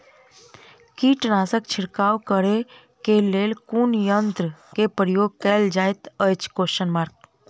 कीटनासक छिड़काव करे केँ लेल कुन यंत्र केँ प्रयोग कैल जाइत अछि?